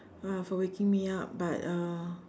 for waking me up but uh